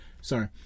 Sorry